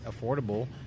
affordable